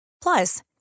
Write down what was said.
Plus